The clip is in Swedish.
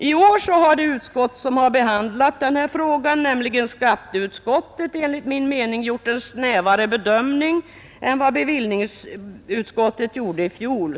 I år har det utskott som behandlat frågan, nämligen skatteutskottet, enligt min mening gjort en snävare bedömning än vad bevillningsutskottet gjorde i fjol.